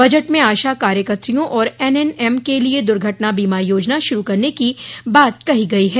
budget में आशा कार्यकत्रियों और एनएनएम के लिए द्र्घटना बीमा योजना शुरू करने की बात भी कही गई है